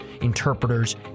interpreters